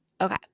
okay